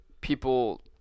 people